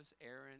Aaron